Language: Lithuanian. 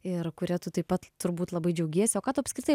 ir kuria tu taip pat turbūt labai džiaugiesi o ką tu apskritai